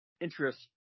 interest